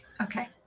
Okay